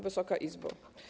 Wysoka Izbo!